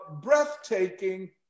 breathtaking